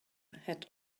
had